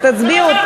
ותצביעו.